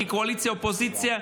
קואליציה ואופוזיציה,